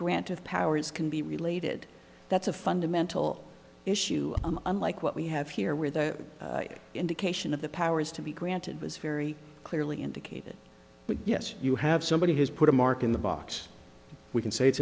grant of powers can be related that's a fundamental issue unlike what we have here where the indication of the powers to be granted was very clearly indicated but yes you have somebody has put a mark in the box we can say it's